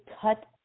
cut